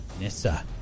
Nissa